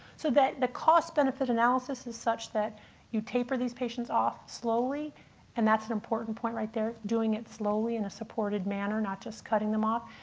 so the cost-benefit analysis is such that you taper these patients off slowly and that's an important point right there, doing it slowly in a supported manner, not just cutting them off.